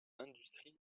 l’industrie